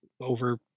over